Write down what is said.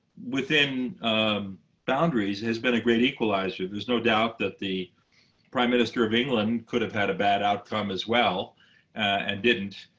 within boundaries, has been a great equalizer. there's no doubt that the prime minister of england could have had a bad outcome as well and didn't.